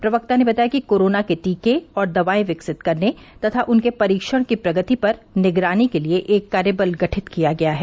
प्रवक्ता ने बताया कि कोरोना के टीके और दवाए विकसित करने तथा उनके परीक्षण की प्रगति पर निगरानी के लिए एक कार्यबल गठित किया गया है